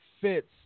fits